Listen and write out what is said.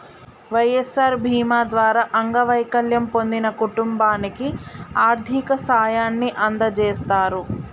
వై.ఎస్.ఆర్ బీమా ద్వారా అంగవైకల్యం పొందిన కుటుంబానికి ఆర్థిక సాయాన్ని అందజేస్తారు